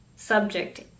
subject